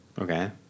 Okay